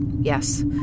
yes